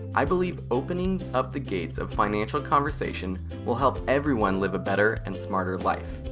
i believe opening up the gates of financial conversation will help everyone live a better and smarter life.